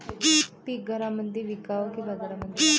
पीक घरामंदी विकावं की बाजारामंदी?